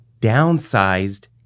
downsized